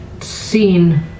seen